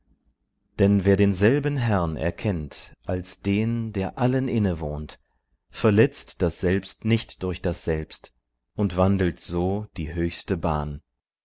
denn wer denselben herrn erkennt als den der allen innewohnt verletzt das selbst nicht durch das selbst und wandelt so die höchste bahn